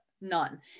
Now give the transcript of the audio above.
none